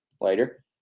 later